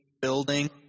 building